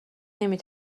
نمی